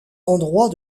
endroits